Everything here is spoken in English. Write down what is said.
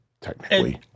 technically